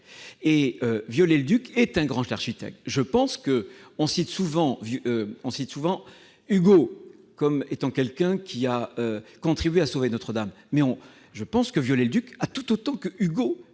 Viollet-le-Duc est un grand architecte. On cite souvent Hugo comme quelqu'un qui a contribué à sauver Notre-Dame. Je pense que Viollet-le-Duc a tout autant contribué